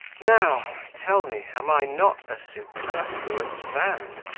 now, tell me, am i not a superfluous man?